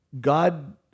God